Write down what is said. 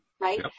Right